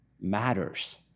matters